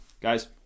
Guys